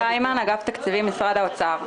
תקציבים במשרד האוצר.